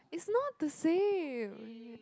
is not the same